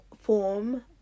form